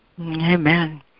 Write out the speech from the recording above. amen